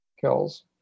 kills